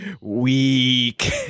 Weak